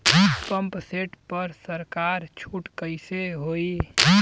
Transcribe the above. Pump set पर सरकार छूट कईसे होई?